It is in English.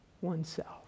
oneself